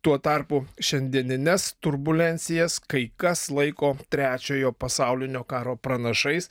tuo tarpu šiandienines turbulencijas kai kas laiko trečiojo pasaulinio karo pranašais